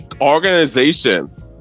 organization